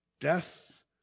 Death